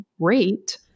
great